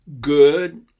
good